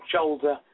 shoulder